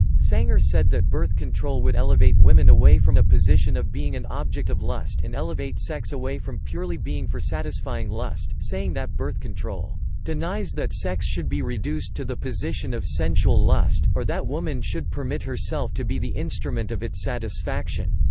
sanger said that birth control would elevate women away from a position of being an object of lust and elevate sex away from purely being for satisfying lust, saying that birth control denies that sex should be reduced to the position of sensual lust, or that woman should permit herself to be the instrument of its satisfaction.